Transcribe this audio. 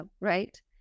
right